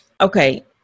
Okay